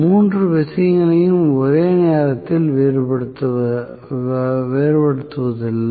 மூன்று விஷயங்களையும் ஒரே நேரத்தில் வேறுபடுத்துவதில்லை